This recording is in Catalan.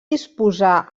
disposar